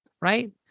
right